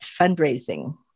fundraising